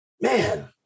Man